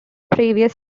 previous